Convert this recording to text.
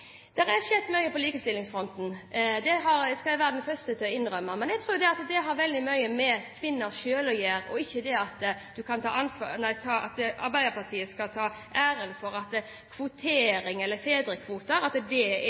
Det har skjedd mye på likestillingsfronten, det skal jeg være den første til å innrømme. Men jeg tror det har veldig mye med kvinner selv å gjøre, og at ikke Arbeiderpartiet skal ta æren for at kvotering eller fedrekvoten har brakt Norge dit vi er i dag. Kvotering er ikke likestilling. Det er